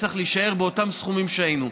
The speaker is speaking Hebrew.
צריך להישאר באותם סכומים שהיינו.